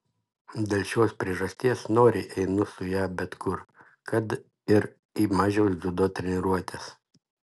dėl šios priežasties noriai einu su ja bet kur kad ir į mažiaus dziudo treniruotes